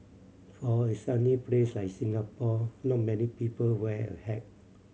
for a sunny place like Singapore not many people wear a hat